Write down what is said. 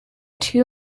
two